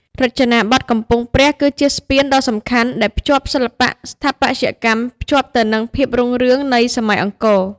រចនាបថកំពង់ព្រះគឺជាស្ពានដ៏សំខាន់ដែលភ្ជាប់សិល្បៈស្ថាបត្យកម្មភ្ជាប់ទៅនឹងភាពរុងរឿងនៃសម័យអង្គរ។